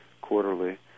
quarterly